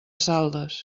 saldes